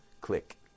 click